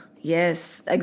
Yes